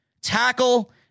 tackle